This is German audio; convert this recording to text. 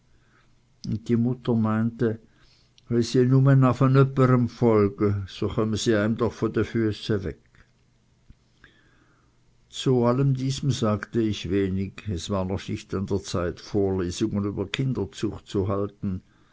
die mutter meinte we sie nume afe öpperem folge su chöme sie eim doch vor de füeße weg zu diesem allem sagte ich wenig es war noch nicht an der zeit vorlesungen über kinderzucht zu halten